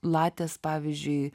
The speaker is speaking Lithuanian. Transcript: lattes pavyzdžiui